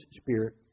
spirit